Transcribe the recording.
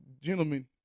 gentlemen